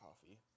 coffee